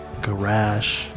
garage